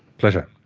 pleasure,